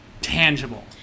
tangible